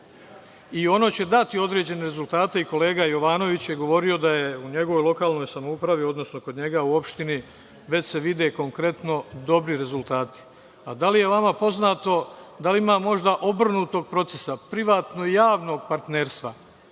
Ono će dati određene rezultate i kolega Jovanović je govorio da se u njegovoj lokalnoj samoupravi, odnosno kod njega u opštini, već vide konkretno dobri rezultati. Da li je vama poznato da ima možda obrnutog procesa privatno-javnog partnerstva?